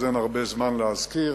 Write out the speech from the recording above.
אז אין הרבה זמן להזכיר,